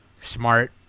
smart